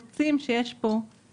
צהרים טובים,